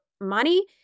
money